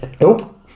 nope